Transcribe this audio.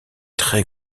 très